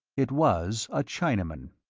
it was a chinaman.